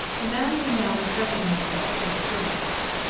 the man was now refreshing himself in the servants' hall.